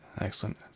Excellent